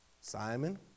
Simon